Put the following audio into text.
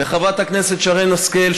לחברת הכנסת שרן השכל,